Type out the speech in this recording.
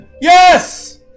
Yes